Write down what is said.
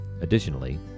Additionally